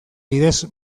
bidez